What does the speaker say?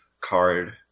card